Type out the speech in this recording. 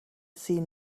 seen